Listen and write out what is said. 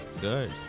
Good